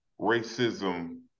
racism